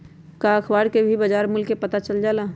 का अखबार से भी बजार मूल्य के पता चल जाला?